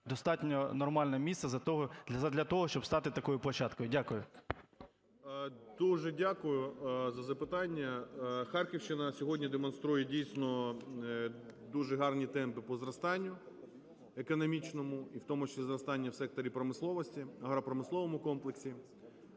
достатньо нормальне місце задля того, щоб стати такою площадкою. Дякую. 11:07:19 ГРОЙСМАН В.Б. Дуже дякую за запитання. Харківщина сьогодні демонструє, дійсно, дуже гарні темпи по зростанню економічному і в тому числі зростання в секторі промисловості, в агропромисловому комплексі.